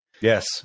Yes